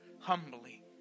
humbly